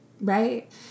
Right